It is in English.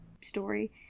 story